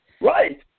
right